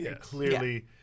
Clearly